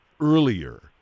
earlier